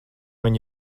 viņi